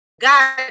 god